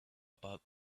about